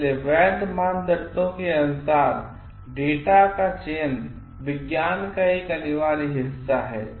इसलिए वैध मानदंडों के अनुसार डेटा का चयन विज्ञान का एक अनिवार्य हिस्सा है